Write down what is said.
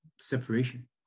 separation